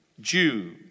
Jew